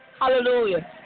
Hallelujah